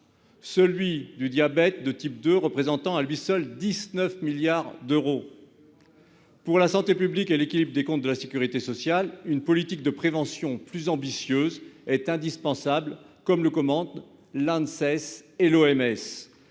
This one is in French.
celui du diabète de type 2 représentant à lui seul 19 milliards d'euros. Pour la santé publique et l'équilibre des comptes de la sécurité sociale, une politique de prévention plus ambitieuse est indispensable, comme le recommandent l'Agence